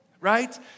right